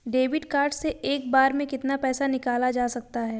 Debit card से एक बार में कितना पैसा निकाला जा सकता है?